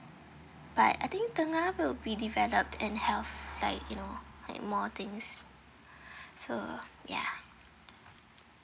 but I think tengah will be developed and health like you know like more things so ya